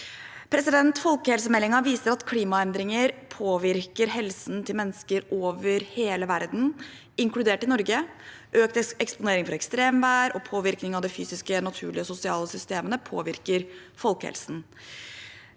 spesielt. Folkehelsemeldingen viser at klimaendringer påvirker helsen til mennesker over hele verden, inkludert Norge. Økt eksponering for ekstremvær og påvirkning av de fysiske, naturlige og sosiale systemene påvirker folkehelsen.